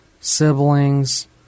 siblings